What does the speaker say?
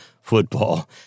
football